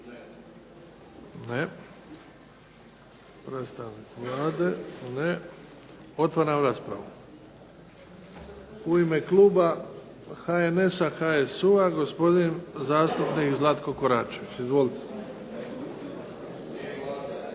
Ne. Otvaram raspravu. U ime Kluba HNS-a HSU-a gospodin zastupnik Zlatko Koračević. Izvolite.